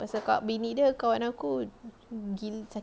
pasal bini dia kawan aku